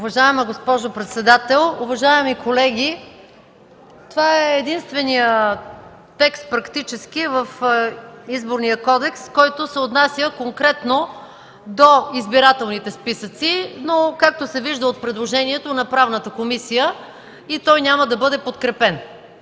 Уважаема госпожо председател, уважаеми колеги! Това практически е единственият текст в Изборния кодекс, който се отнася конкретно до избирателните списъци, но както се вижда от предложението на Правната комисия, и той няма да бъде подкрепен.